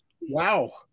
Wow